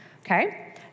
Okay